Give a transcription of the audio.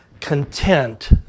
content